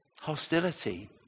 Hostility